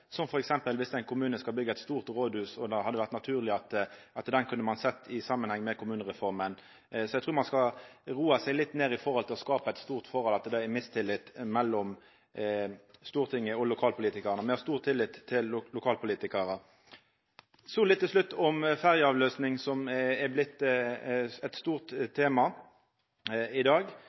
ein kommune skal byggja eit stort rådhus, og det hadde vore naturleg å sjå det i samanheng med kommunereforma. Så eg trur ein skal roa seg litt ned når det gjeld å skapa eit bilete av at det er mistillit mellom Stortinget og lokalpolitikarane. Me har stor tillit til lokalpolitikarar. Så til slutt litt om ferjeavløysing, som har vorte eit stort tema i dag.